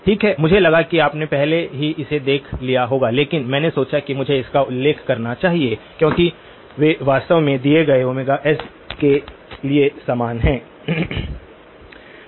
ठीक है मुझे लगा कि आपने पहले ही इसे देख लिया होगा लेकिन मैंने सोचा कि मुझे इसका उल्लेख करना चाहिए क्योंकि वे वास्तव में दिए गए s के लिए समान हैं